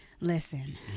Listen